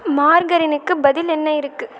மார்கரினுக்கு பதில் என்ன இருக்குது